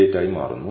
88 ആയി മാറുന്നു